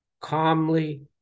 calmly